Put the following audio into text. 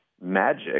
magic